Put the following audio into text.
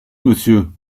monsieur